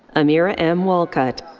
amira m. walcott.